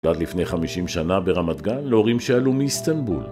נולד לפני 50 שנה ברמת גן להורים שעלו מאיסטנבול.